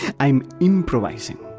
i'm improvising!